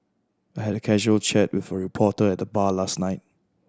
I had a casual chat with a reporter at the bar last night